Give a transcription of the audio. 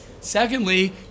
Secondly